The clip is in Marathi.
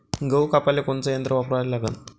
गहू कापाले कोनचं यंत्र वापराले लागन?